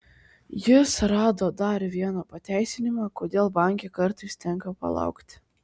jis rado dar vieną pateisinimą kodėl banke kartais tenka palaukti